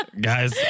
Guys